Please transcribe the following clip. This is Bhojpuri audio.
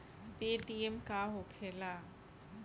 पेटीएम का होखेला?